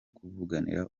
kuvuganira